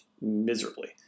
miserably